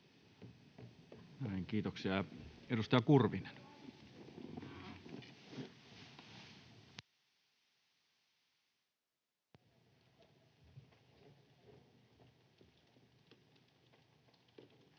kiitoksia. — Edustaja Kurvinen. [Speech